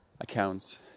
accounts